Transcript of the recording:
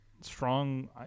strong